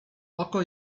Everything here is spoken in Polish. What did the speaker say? oko